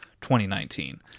2019